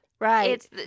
Right